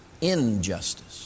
injustice